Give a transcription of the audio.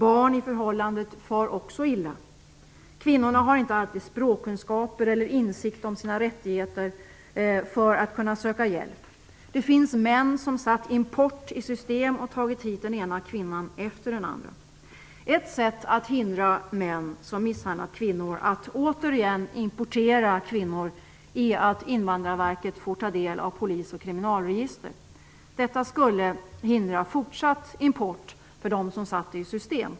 Barn i förhållandet far också illa. Kvinnorna har inte alltid språkkunskaper eller insikt om sina rättigheter för att kunna söka hjälp. Det finns män som satt denna import i system och tagit hit den ena kvinnan efter den andra. Ett sätt att hindra män som misshandlat kvinnor att återigen importera kvinnor är att Invandrarverket får ta del av polis och kriminalregister. Detta skulle hindra fortsatt import för dem som satt det i system.